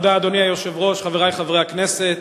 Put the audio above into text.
אדוני היושב-ראש, תודה, חברי חברי הכנסת,